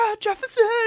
Jefferson